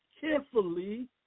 carefully